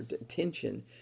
attention